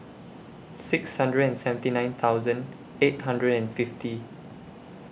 six hundred and seventy nine thousand eight hundred and fifty